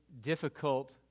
difficult